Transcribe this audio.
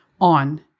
on